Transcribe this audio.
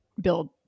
build